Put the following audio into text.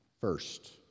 first